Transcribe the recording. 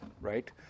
right